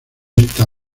esta